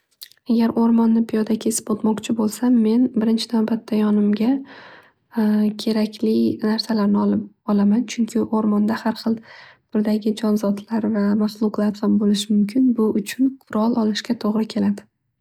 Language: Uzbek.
Agar o'rmonni piyoda kesib o'tmoqchi bo'lsam men. Birinchi navbatda yonimga kerakli narsalarni olaman. Chunki o'rmonda har xil turdagi jonzodlar va mahluqlar bo'lishi mumkin. Bu uchun qurol olishga to'g'ri keladi.